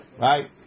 right